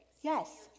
Yes